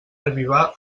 avivar